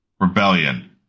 Rebellion